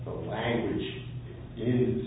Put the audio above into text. the language is